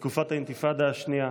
בתקופת האינתיפאדה השנייה,